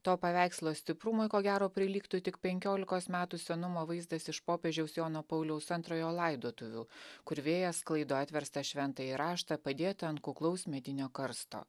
to paveikslo stiprumui ko gero prilygtų tik penkiolikos metų senumo vaizdas iš popiežiaus jono pauliaus antrojo laidotuvių kur vėjas sklaido atverstą šventąjį raštą padėtą ant kuklaus medinio karsto